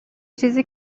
چیزی